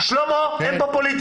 עידן, שלמה, אין פה פוליטיקה.